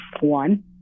One